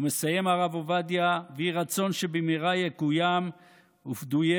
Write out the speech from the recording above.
ומסיים הרב עובדיה: ויהי רצון שבמהרה יקוים "ופדויי